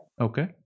Okay